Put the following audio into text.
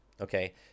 Okay